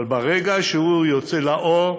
אבל ברגע שהוא יוצא לאור,